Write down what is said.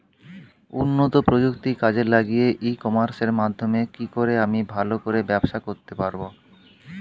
উন্নত প্রযুক্তি কাজে লাগিয়ে ই কমার্সের মাধ্যমে কি করে আমি ভালো করে ব্যবসা করতে পারব?